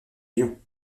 lyon